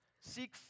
Seek